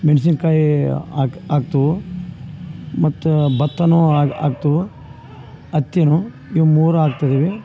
ಮೆಣಸಿನ್ಕಾಯಿ ಹಾಕ್ ಹಾಕ್ತೆವು ಮತ್ತು ಬತ್ತ ಹಾಕ್ ಹಾಕ್ತೇವು ಹತ್ತಿನೂ ಇವು ಮೂರು ಹಾಕ್ತದಿವಿ